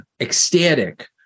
ecstatic